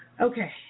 Okay